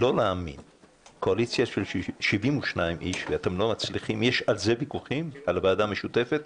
על זה יש ויכוחים, על ועדה משותפת?